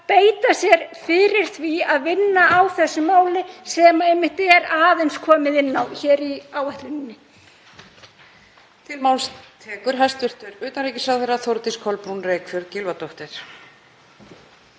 beita sér fyrir því að vinna að þessu máli sem einmitt er aðeins komið inn á í áætluninni.